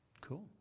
Cool